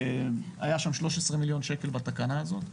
והיה שם שלוש עשרה מיליון שקל בתקנה הזאת.